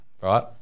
right